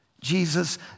Jesus